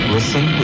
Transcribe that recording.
Listen